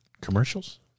commercials